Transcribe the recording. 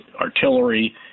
artillery